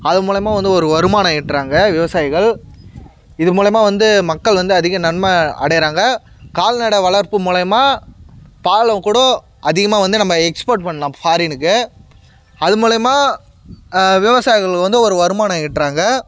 அதன் மூலிமா வந்து ஒரு வருமானம் ஈட்டுறாங்க விவசாயிகள் இது மூலிமா வந்து மக்கள் வந்து அதிக நன்மை அடைகிறாங்க கால்நடை வளர்ப்பு மூலிமா பாலும் கூடோ அதிகமாக வந்து நம்ம எக்ஸ்போர்ட் பண்ணலாம் ஃபாரினுக்கு அது மூலிமா விவசாயிகள் வந்து ஒரு வருமானம் ஈட்டுறாங்க